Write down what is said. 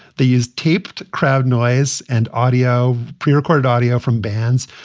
these taped. crowd noise and audio pre-recorded audio from bands.